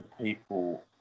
people